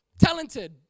talented